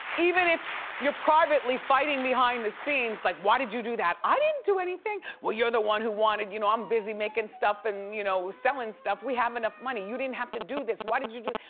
even if you're privately fighting behind the scenes, like why did you do that? i didn't do anything. well you're the one who wanted, you know i'm busy making stuff and you know selling stuff. we have enough money, you didn't have to do this, why did you do?